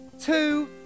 two